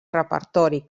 repertori